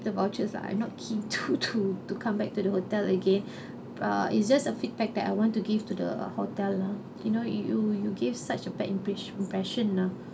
the vouchers lah I'm not keen to to to come back to the hotel again ah it's just a feedback that I want to give to the hotel lah you know you you you give such a bad impea~ impression lah